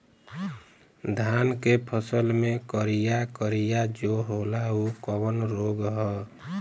धान के फसल मे करिया करिया जो होला ऊ कवन रोग ह?